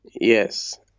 yes